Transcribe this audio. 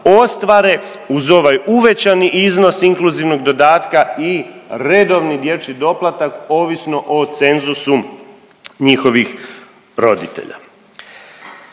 uz ovaj uvećani iznos inkluzivnog dodataka i redovni dječji doplatak, ovisno o cenzusu njihovih roditelja.